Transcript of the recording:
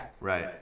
Right